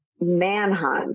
manhunt